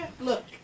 Look